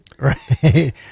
right